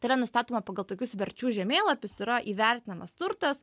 tai yra nustatoma pagal tokius verčių žemėlapius yra įvertinamas turtas